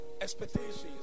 expectations